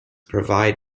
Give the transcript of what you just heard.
provide